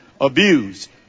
abused